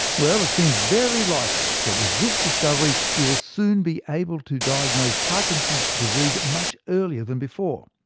well it seems very likely that with this discovery we will soon be able to diagnose parkinson's disease much earlier than before.